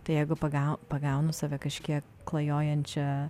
tai jeigu pagau pagaunu save kažkiek klajojančią